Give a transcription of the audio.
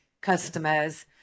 customers